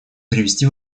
привести